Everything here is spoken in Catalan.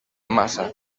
massa